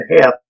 half